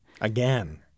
Again